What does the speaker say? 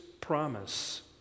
promise